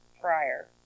prior